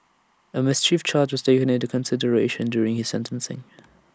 A mischief charge was taken into consideration during his sentencing